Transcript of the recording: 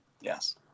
Yes